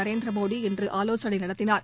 நரேந்திரமோடி இன்று ஆலோசனை நடத்தினார்